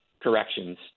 corrections